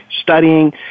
studying